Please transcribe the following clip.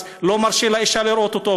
אז הוא לא מרשה לאישה לראות אותו,